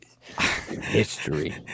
history